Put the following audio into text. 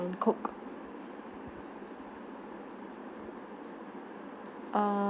~ne coke err~